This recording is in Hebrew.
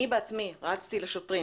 אני בעצמי רצתי לשוטרים